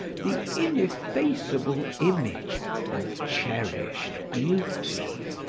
the ineffaceable image of cherished beauty!